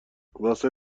واسه